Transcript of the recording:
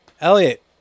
Elliot